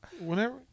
Whenever